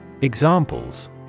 Examples